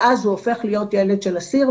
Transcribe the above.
ואז הוא הופך להיות ילד של אסיר,